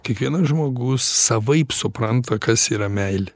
kiekvienas žmogus savaip supranta kas yra meilė